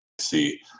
see